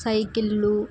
సైకిళ్ళు